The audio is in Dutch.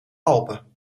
alpen